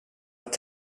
att